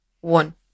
one